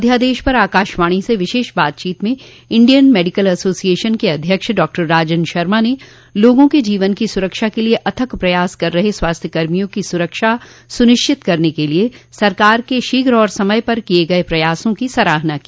अध्यादेश पर आकाशवाणी से विशेष बातचीत में इंडियन मडिकल एसोसिएशन के अध्यक्ष डॉक्टर राजन शर्मा ने लोगों के जीवन की सुरक्षा के लिए अथक प्रयास कर रहे स्वास्थ्य कर्मियों की सुरक्षा सुनिश्चित करने के लिए सरकार के शीघ्र और समय पर किए गए प्रयासों की सराहना की